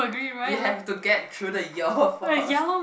we have to get through the year first